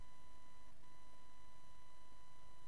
היושב-ראש, אלא